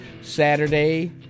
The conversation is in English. Saturday